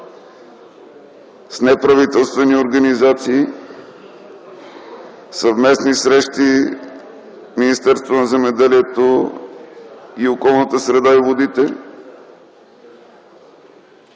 с неправителствени организации, съвместни срещи с Министерството на околната среда и водите